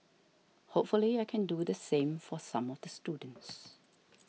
hopefully I can do the same for some of the students